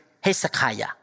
Hezekiah